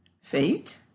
fate